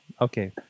okay